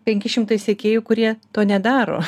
penki šimtai sekėjų kurie to nedaro